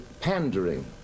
pandering